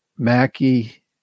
Mackie